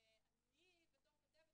ואני בתור כתבת,